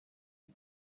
iyi